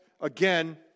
again